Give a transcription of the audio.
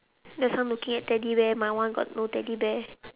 there's someone looking at teddy bear my one got no teddy bear